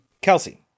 Kelsey